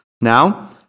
now